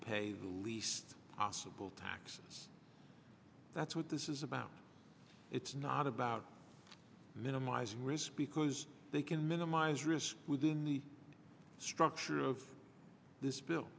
pay the least possible taxes that's what this is about it's not about minimizing risk because they can minimize risk within the structure of this bill